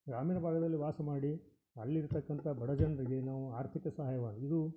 ಗ್ರಾಮೀಣ ಭಾಗದಲ್ಲಿ ವಾಸ ಮಾಡಿ ಅಲ್ಲಿ ಇರ್ತಕ್ಕಂಥ ಬಡ ಜನರಿಗೆ ನಾವು ಆರ್ಥಿಕ ಸಹಾಯವಾಗಿ ಇದು